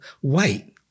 white